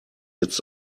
jetzt